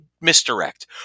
misdirect